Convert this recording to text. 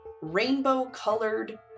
rainbow-colored